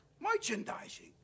Merchandising